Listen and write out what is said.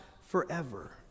forever